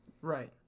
Right